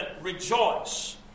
rejoice